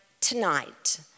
tonight